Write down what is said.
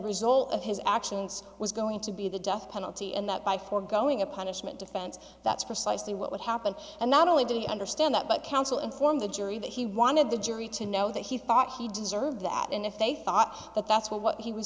result of his actions was going to be the death penalty and that by foregoing a punishment defense that's precisely what would happen and not only did he understand that but counsel informed the jury that he wanted the jury to know that he thought he deserved that and if they thought that that's what he was